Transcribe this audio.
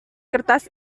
kertas